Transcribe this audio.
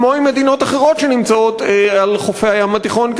כמו עם מדינות אחרות שנמצאות על חופי הים התיכון,